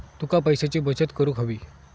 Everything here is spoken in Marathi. तुका पैशाची बचत करूक हवी